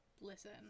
Listen